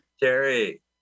Jerry